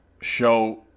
show